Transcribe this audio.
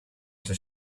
does